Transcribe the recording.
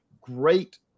great